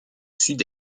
sud